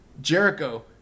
Jericho